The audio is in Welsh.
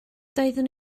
doeddwn